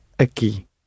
aqui